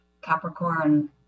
capricorn